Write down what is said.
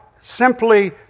simply